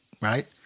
right